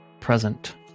present